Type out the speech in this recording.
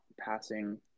passing